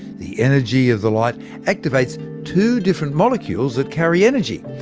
the energy of the light activates two different molecules, that carry energy.